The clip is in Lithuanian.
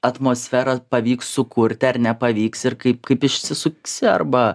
atmosferą pavyks sukurti ar nepavyks ir kaip kaip išsisuksi arba